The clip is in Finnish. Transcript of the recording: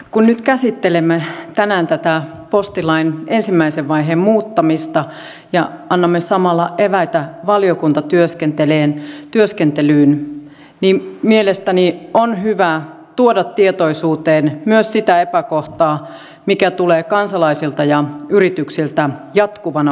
kun nyt käsittelemme tänään tätä postilain ensimmäisen vaiheen muuttamista ja annamme samalla eväitä valiokuntatyöskentelyyn niin mielestäni on hyvä tuoda tietoisuuteen myös sitä epäkohtaa mikä tulee kansalaisilta ja yrityksiltä jatkuvana palautteena